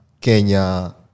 Kenya